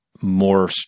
more